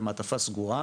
במעטפה סגורה,